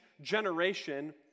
generation